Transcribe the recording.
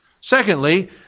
Secondly